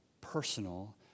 personal